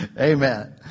Amen